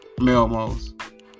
Melmos